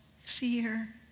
fear